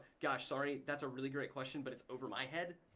gosh sorry, that's a really great question but it's over my head.